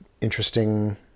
interesting